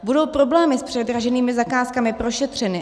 Budou problémy s předraženými zakázkami prošetřeny?